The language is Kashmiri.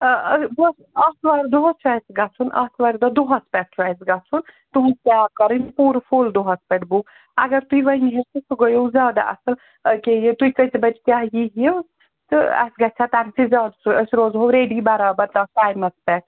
بوز حظ آتھوارِ دۄہَس چھُ اَسہِ گژھُن آتھوارِ دۄہ دۄہَس پٮ۪ٹھ چھُ اَسہِ گژھُن تُہُنٛد کیٛب کَرٕنۍ پوٗرٕ فُل دۄہَس پٮ۪ٹھ بُک اگر تُہۍ ؤنۍہیٖو تہٕ سُہ گٔیو زیادٕ اَصٕل أکہِ یہِ تُہۍ کٔژِ بَجہِ کیٛاہ ییٖہو تہٕ اَسہِ گژھِ ہا تَمہِ سۭتۍ زیادٕ سُہ أسۍ روزہو ریڈی بَرابر تَتھ ٹایمَس پٮ۪ٹھ